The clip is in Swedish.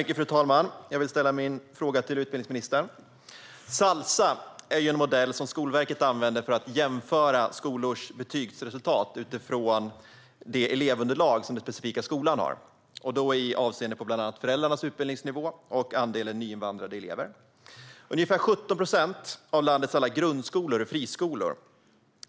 Fru talman! Jag vill ställa min fråga till utbildningsministern. Salsa är ju en modell som Skolverket använder för att jämföra skolors betygsresultat utifrån den specifika skolans elevunderlag, bland annat med avseende på föräldrarnas utbildningsnivå och andelen nyinvandrade elever. Ungefär 17 procent av landets alla grundskolor är friskolor.